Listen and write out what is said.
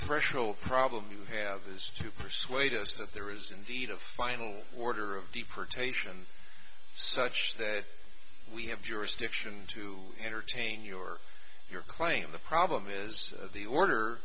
threshold problem you have is to persuade us that there is indeed a final order of deportation such that we have jurisdiction to entertain your your claim the problem is of the order